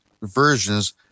versions